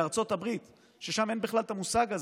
בארצות הברית, ששם אין בכלל את המושג הזה,